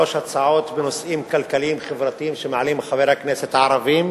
שלוש הצעות בנושאים כלכליים-חברתיים שמעלים חברי הכנסת הערבים,